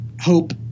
hope